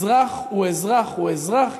אזרח הוא אזרח הוא אזרח,